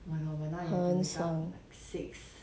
很爽